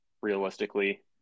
realistically